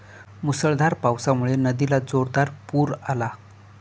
मुसळधार पावसामुळे नदीला जोरदार पूर आला